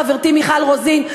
חברתי מיכל רוזין,